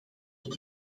tot